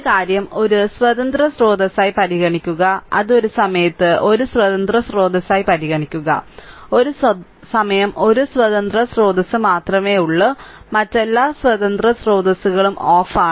ഒരു കാര്യം ഒരു സ്വതന്ത്ര സ്രോതസ്സായി പരിഗണിക്കുക അത് ഒരു സമയത്ത് ഒരു സ്വതന്ത്ര സ്രോതസ്സായി പരിഗണിക്കുക ഒരു സമയം ഒരു സ്വതന്ത്ര സ്രോതസ്സ് മാത്രമേയുള്ളൂ മറ്റെല്ലാ സ്വതന്ത്ര സ്രോതസ്സുകളും ഓഫാണ്